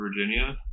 Virginia